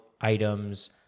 items